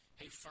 hey